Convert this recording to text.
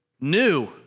new